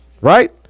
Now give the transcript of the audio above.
Right